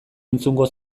entzungo